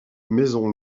maison